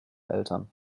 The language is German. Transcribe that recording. eltern